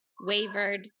wavered